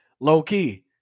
Low-key